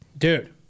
Dude